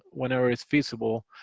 whenever it's feasible,